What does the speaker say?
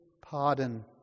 pardon